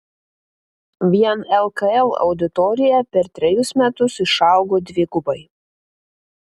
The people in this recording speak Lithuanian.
vien lkl auditorija per trejus metus išaugo dvigubai